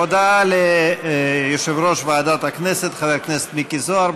הודעה ליושב-ראש ועדת הכנסת חבר הכנסת מיקי זוהר.